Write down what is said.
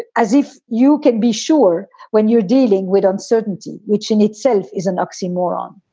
ah as if you can be sure when you're dealing with uncertainty, which in itself is an oxymoron,